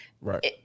Right